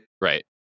right